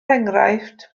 enghraifft